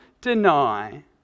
deny